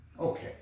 okay